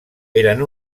eren